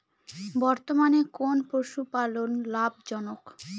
বর্তমানে কোন পশুপালন লাভজনক?